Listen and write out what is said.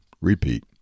Repeat